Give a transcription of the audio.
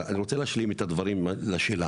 אני רוצה להשלים את הדברים לשאלה,